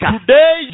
Today